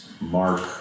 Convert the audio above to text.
Mark